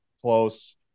close